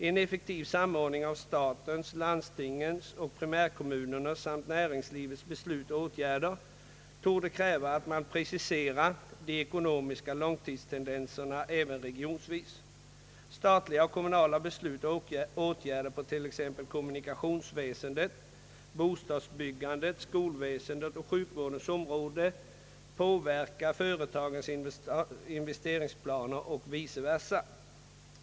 En effektiv samordning av statens, landstingens och primärkommunernas samt näringslivets beslut och åtgärder på t.ex. kommunikationsväsendets, bostadsbyggandets, «skolväsendets och sjukvårdens områden påverkar företagens investeringsplaner och vice versa.